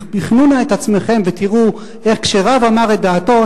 בחנו נא את עצמכם ותראו איך כשרב אמר את דעתו,